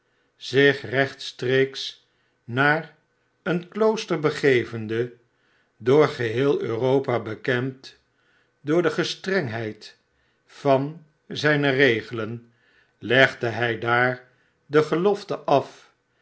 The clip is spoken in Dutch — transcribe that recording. zich rechtstreeks naar een klooster begeyende door geheel europa bekend door de gestrengheid van zijne regelen legde hij daar de gelofte af